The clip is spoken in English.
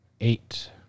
eight